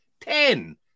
Ten